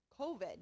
COVID